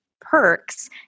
perks